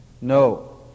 No